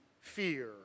fear